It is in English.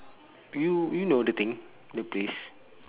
you you know the thing the place